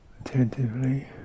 attentively